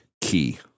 key